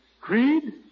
creed